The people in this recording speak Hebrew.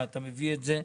שאתה מביא את זה.